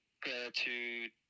gratitude